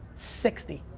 sixty